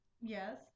Yes